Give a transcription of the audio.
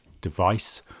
device